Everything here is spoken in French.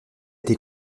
été